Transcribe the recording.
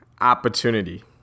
opportunity